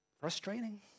frustrating